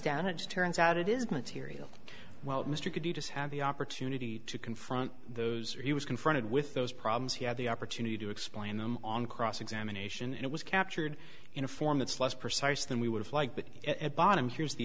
down it turns out it is material well mr could you just have the opportunity to confront those or he was confronted with those problems he had the opportunity to explain them on cross examination it was captured in a form that's less precise than we would have liked but at bottom here's the